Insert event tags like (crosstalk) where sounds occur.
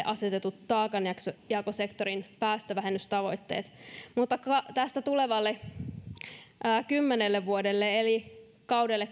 (unintelligible) asetetut taakanjakosektorin päästövähennystavoitteet mutta tulevalle kymmenelle vuodelle eli kaudelle (unintelligible)